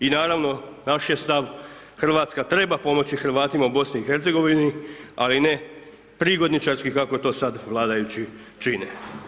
I naravno naš je stav, RH treba pomoći Hrvatima u BiH, ali ne prigodničarski, kako to sad vladajući čine.